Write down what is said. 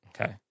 Okay